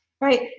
right